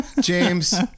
James